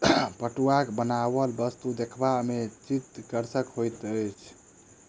पटुआक बनाओल वस्तु देखबा मे चित्तकर्षक होइत अछि